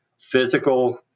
physical